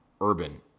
urban